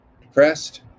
depressed